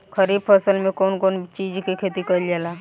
खरीफ फसल मे कउन कउन चीज के खेती कईल जाला?